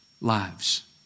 lives